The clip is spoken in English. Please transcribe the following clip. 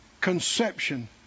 conception